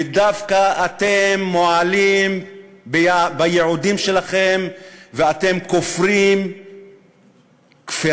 ודווקא אתם מועלים בייעודים שלכם ואתם כופרים כפירה,